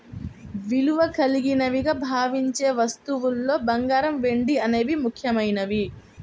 విలువ కలిగినవిగా భావించే వస్తువుల్లో బంగారం, వెండి అనేవి ముఖ్యమైనవి